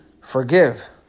Forgive